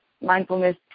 mindfulness